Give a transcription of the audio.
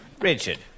Richard